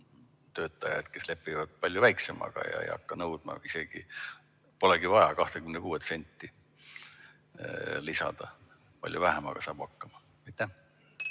töötajaid, kes lepivad palju väiksemaga, ei hakka isegi nõudma? Siis polegi vaja 26 senti lisada, palju vähemaga saab hakkama.